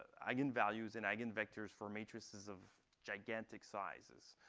eigenvalues and eigenvectors for matrices of gigantic sizes.